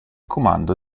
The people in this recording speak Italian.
comando